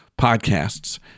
podcasts